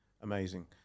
Amazing